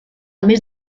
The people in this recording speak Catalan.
més